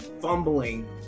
fumbling